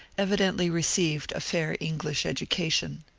evidently received a fair english educa tion.